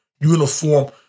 uniform